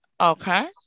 Okay